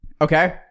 Okay